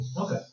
Okay